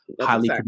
highly